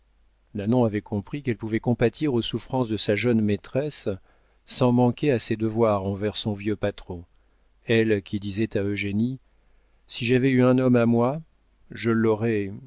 nanon nanon avait compris qu'elle pouvait compatir aux souffrances de sa jeune maîtresse sans manquer à ses devoirs envers son vieux patron elle qui disait à eugénie si j'avais eu un homme à moi je l'aurais